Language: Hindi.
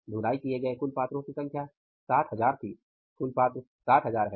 ढुलाई किए गए कुल पात्रों की संख्या 60000 थी कुल पात्र 60000 हैं